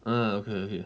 mm okay okay